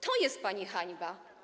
To jest pani hańba.